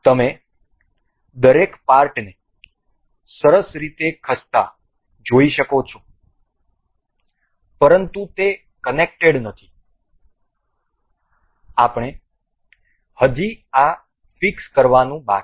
તમે દરેક પાર્ટને સરસ રીતે ખસતા જોઈ શકો છો પરંતુ તે કનેક્ટેડ નથી આપણે હજી આ ફીક્સ કરવાનું બાકી છે